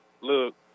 Look